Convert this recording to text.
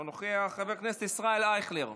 אינו נוכח, חבר הכנסת ישראל אייכלר,